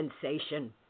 sensation